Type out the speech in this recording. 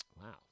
Wow